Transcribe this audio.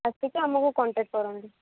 ଆସିକି ଆମକୁ କଣ୍ଟାକ୍ଟ୍ କରନ୍ତୁ